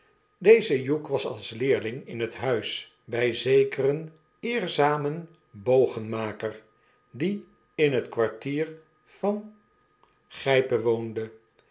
deze hugh was als leerling in het huis bij zekeren eerzamen bogenmaker die in het kwartier van